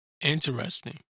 Interesting